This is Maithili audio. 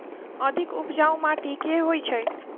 अधिक उपजाउ माटि केँ होइ छै?